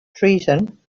treason